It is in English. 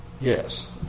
Yes